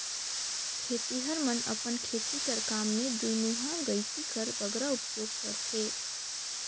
खेतिहर मन अपन खेती कर काम मे दुईमुहा गइती कर बगरा उपियोग करथे